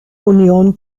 union